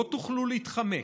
לא תוכלו להתחמק.